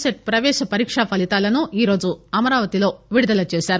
set ప్రవేశ పరీకా ఫలితాలను ఈరోజు అమరావతిలో విడుదల చేశారు